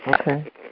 Okay